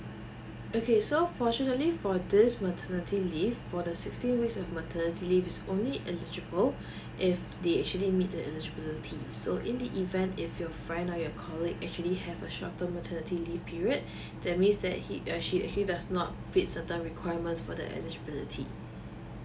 okay so fortunately for this maternity leave for the sixteen week of maternity leave is only eligible if they actually meet the eligibility so in the event if your friend or your colleague actually have a short term maternity leave period that means that he actually she does not fit certain requirement for the eligibility